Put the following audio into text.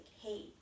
hey